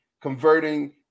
converting